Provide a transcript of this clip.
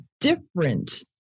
different